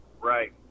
Right